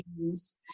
use